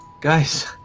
Guys